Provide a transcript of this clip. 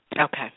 Okay